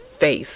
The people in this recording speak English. face